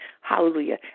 hallelujah